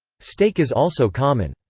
steak is also common.